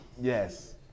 Yes